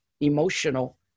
emotional